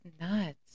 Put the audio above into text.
nuts